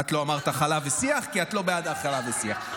את לא אמרת "הכלה" ו"שיח" כי את לא בעד הכלה ושיח.